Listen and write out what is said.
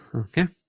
okay